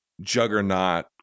juggernaut